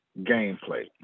Gameplay